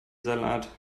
salat